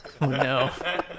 No